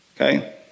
okay